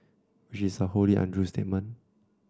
which is a wholly untrue statement